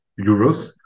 euros